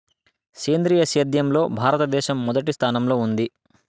సేంద్రీయ సేద్యంలో భారతదేశం మొదటి స్థానంలో ఉంది